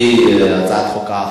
איזה חוק זה?